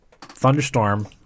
thunderstorm